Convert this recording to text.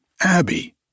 Abby